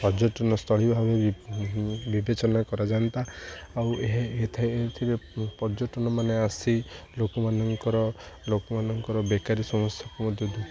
ପର୍ଯ୍ୟଟନସ୍ଥଳୀ ଭାବେ ବିବେଚନା କରାଯାଆନ୍ତା ଆଉ ଏଥିରେ ପର୍ଯ୍ୟଟନମାନେ ଆସି ଲୋକମାନଙ୍କର ଲୋକମାନଙ୍କର ବେକାରୀ ସମସ୍ୟାକୁ ମଧ୍ୟ